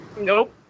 Nope